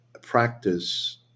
practice